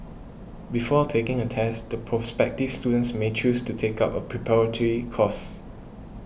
before taking a test the prospective students may choose to take up a preparatory course